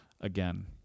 again